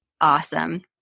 Awesome